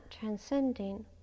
transcending